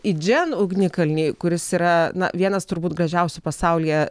į džen ugnikalnį kuris yra na vienas turbūt gražiausių pasaulyje